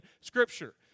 Scripture